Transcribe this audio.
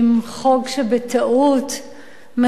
חוק שבטעות מכונה: